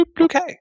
Okay